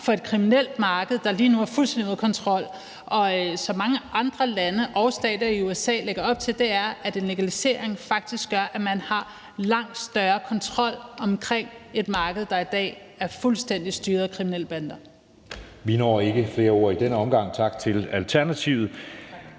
til et kriminelt marked, der lige nu er fuldstændig ude af kontrol. Og den lægger som mange andre lande og også stater i USA op til, at en legalisering faktisk gør, at man har langt større kontrol med et marked, der i dag er fuldstændig styret af kriminelle bander. Kl. 22:13 Anden næstformand (Jeppe Søe): Vi når ikke flere ord i denne omgang. Tak til Alternativets